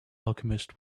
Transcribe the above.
alchemist